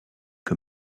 que